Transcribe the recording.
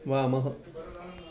वामः